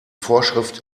vorschrift